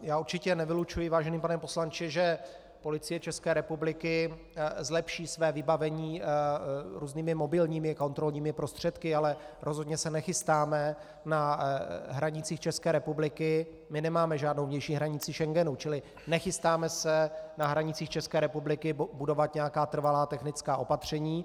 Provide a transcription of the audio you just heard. Já určitě nevylučuji, vážený pane poslanče, že Policie České republiky zlepší své vybavení různými mobilními kontrolními prostředky, ale rozhodně se nechystáme na hranicích České republiky, my nemáme žádnou vnější hranici Schengenu, čili nechystáme se na hranicích České republiky budovat nějaká trvalá technická opatření.